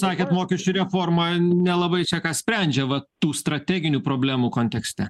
sakėt mokesčių reforma nelabai čia ką sprendžia vat tų strateginių problemų kontekste